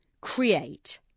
Create